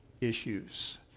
issues